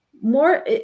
More